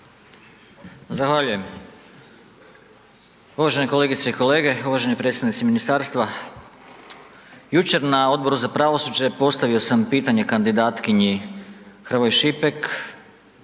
Zahvaljujem. Uvaženi kolegice i kolege, uvaženi predstavnici ministarstva, jučer na Odboru za pravosuđe postavio sam pitanje kandidatkinji Hrvoj Šipek,